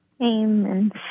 Amen